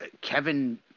kevin